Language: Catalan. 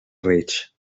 reig